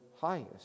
highest